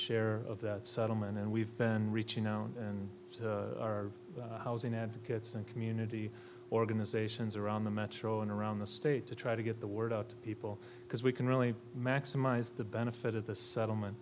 share of that settlement and we've been reaching out and our housing advocates and community organizations around the metro and around the state to try to get the word out to people because we can really maximize the benefit of the settlement